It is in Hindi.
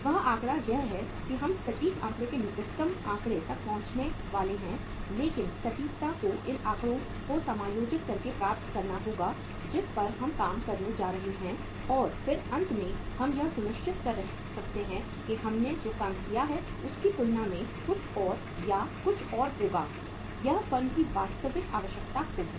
वह आंकड़ा यह है कि हम सटीक आंकड़े के निकटतम आंकड़े पर पहुंचने वाले हैं लेकिन सटीकता को इन आंकड़ों को समायोजित करके प्राप्त करना होगा जिस पर हम काम करने जा रहे हैं और फिर अंत में हम यह सुनिश्चित कर सकते हैं कि हमने जो काम किया है उसकी तुलना में कुछ और होगा या यह फर्म की वास्तविक आवश्यकता होगी